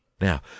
Now